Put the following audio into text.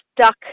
stuck